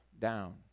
down